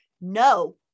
no